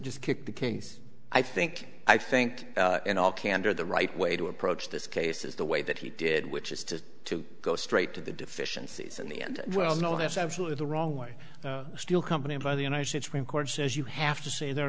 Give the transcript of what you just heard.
just kick the case i think i think in all candor the right way to approach this case is the way that he did which is to to go straight to the deficiencies in the end well no that's absolutely the wrong way steel company by the united states supreme court says you have to say they're